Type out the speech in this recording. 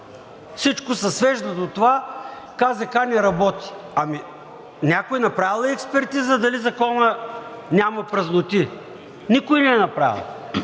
Всичко се свежда до това – КЗК не работи. Ами, някой направил ли е експертиза дали в закона няма празноти? Никой не е направил.